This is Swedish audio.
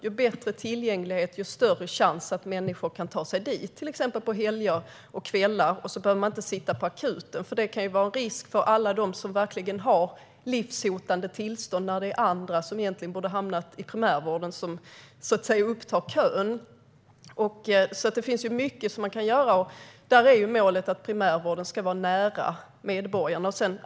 Ju bättre tillgänglighet, desto större chans att människor kan ta sig dit på till exempel kvällar och helger. Då behöver man inte sitta och vänta på akuten. Det kan innebära en risk för alla som verkligen har ett livshotande tillstånd om andra som borde söka sig till primärvården upptar en köplats. Det finns mycket som man kan göra. Målet är att primärvården ska vara nära medborgarna.